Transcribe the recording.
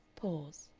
pause.